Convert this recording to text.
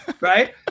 right